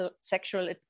sexual